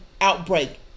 outbreak